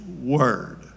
word